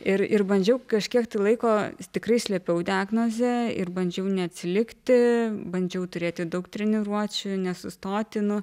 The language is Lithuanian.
ir ir bandžiau kažkiek laiko tikrai slėpiau diagnozę ir bandžiau neatsilikti bandžiau turėti daug treniruočių nesustoti nu